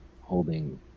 holding